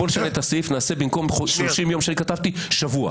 נשנה את הסעיף, נעשה במקום 30 יום שכתבתי, שבוע.